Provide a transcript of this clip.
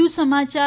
વધુ સમાચાર